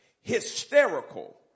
Hysterical